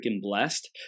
blessed